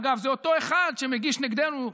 אגב, זה אותו אחד שמגיש נגדנו,